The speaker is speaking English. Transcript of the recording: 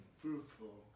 fruitful